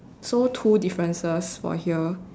so two differences for here